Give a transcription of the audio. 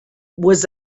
was